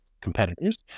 competitors